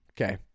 Okay